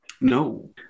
No